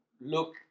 look